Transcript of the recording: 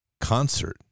concert